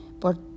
por